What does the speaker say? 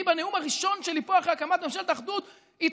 אני בנאום הראשון שלי פה אחרי הקמת ממשלת האחדות התפללתי,